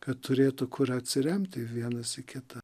kad turėtų kur atsiremti vienas į kitą